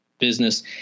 business